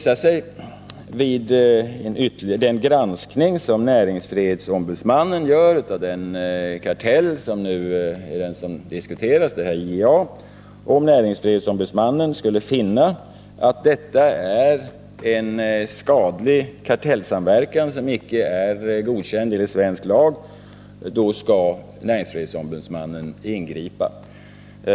Om det vid den granskning som näringsfrihetsombudsmannen gör av den kartell som nu diskuteras — IEA — skulle visa sig att detta är en skadlig kartellsamverkan, som icke är godkänd enligt svensk lag, skall näringsfrihetsombudsmannen ingripa.